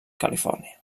califòrnia